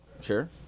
Sure